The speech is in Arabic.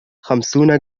خمسون